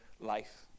life